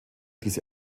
diese